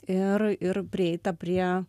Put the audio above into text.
ir ir prieita prie